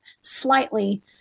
slightly